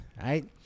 right